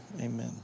amen